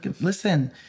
listen